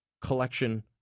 collection